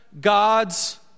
God's